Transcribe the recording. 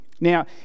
Now